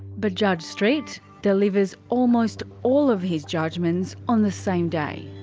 but judge street delivers almost all of his judgements on the same day.